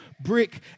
brick